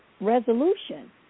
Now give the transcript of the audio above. resolution